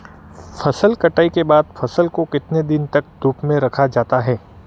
फसल कटाई के बाद फ़सल को कितने दिन तक धूप में रखा जाता है?